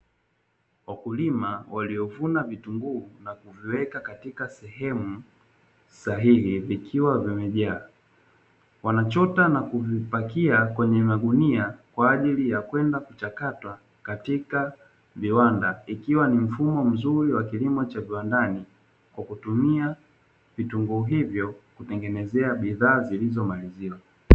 Wakulima waliovuna vitunguu nakuviweka katika sehemu sahihi vikiwa vimejaa. Wanachota nakuvipakia kwenye magunia kwaajili yakwenda kuchakatwa katika viwanda, ikiwa ni mfumo mzuri wa kilimo cha viwandani kwakutumia vitunguu hivyo kwakutengenezea bidhaa zilizomaliziwa.